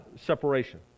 separation